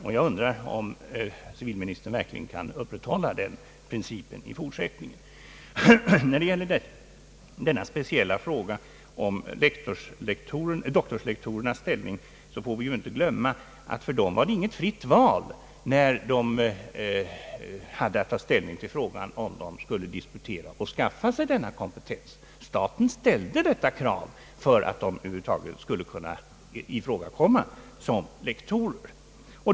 Jag undrar om civilministern verkligen kan upprätthålla sin princip i fortsättningen. När det gäller den speciella frågan om doktorslektorernas ställning får vi inte glömma att för dem var det inte något fritt val när de hade att ta ställning till om de skulle disputera och skaffa sig denna kompetens eller inte. Staten ställde detta krav för att de över huvud taget skulle kunna ifrågakomma som lektorer.